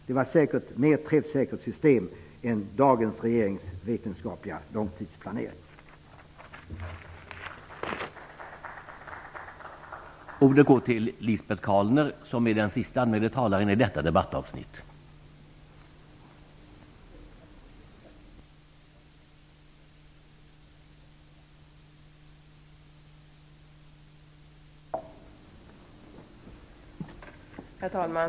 Det var säkert ett mer träffsäkert system än regeringens vetenskapliga långtidsplanering i dag.